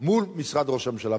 מול משרד ראש הממשלה.